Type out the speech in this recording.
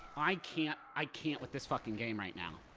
i can't i can't with this fucking game right now.